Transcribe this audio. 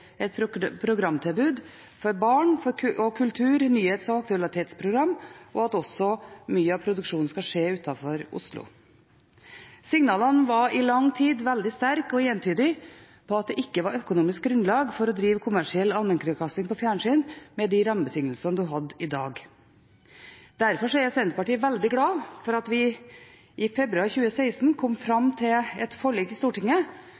et programtilbud for barn og kultur-, nyhets- og aktualitetsprogram og også at mye av produksjonen skal skje utenfor Oslo. Signalene var i lang tid veldig sterke og entydige om at det ikke var økonomisk grunnlag for å drive kommersiell allmennkringkasting på fjernsyn med de rammebetingelsene man har i dag. Derfor er Senterpartiet veldig glad for at vi i februar 2016 kom fram til et forlik i Stortinget